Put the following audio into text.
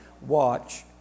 Watch